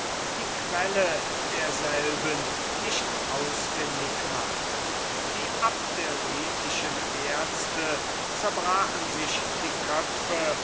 die quelle derselben nicht ausfindig machen die abderitischen ärzte zerbrachen sich die köpfe